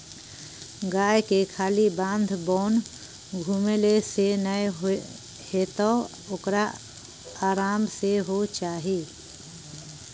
गायके खाली बाध बोन घुमेले सँ नै हेतौ ओकरा आराम सेहो चाही